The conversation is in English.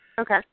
Okay